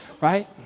right